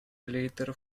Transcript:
later